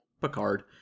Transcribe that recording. Picard